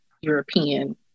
European